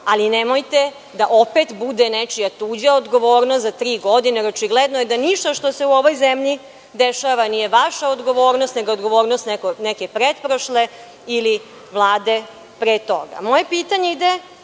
ali nemojte da opet bude nečija tuđa odgovornost za tri godine. Očigledno je da ništa što se u ovoj zemlji dešava nije vaša odgovornost, nego je odgovornost neke pretprošle ili Vlade pre toga. Moje pitanje ide